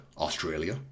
Australia